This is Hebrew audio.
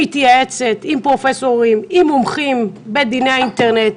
מתייעצת עם פרופסורים ומומחים בדיני אינטרנט,